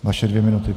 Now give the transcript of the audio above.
Vaše dvě minuty.